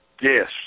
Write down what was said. Yes